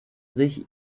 sich